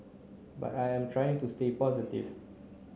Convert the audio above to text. but I am trying to stay positive